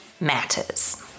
matters